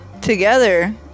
Together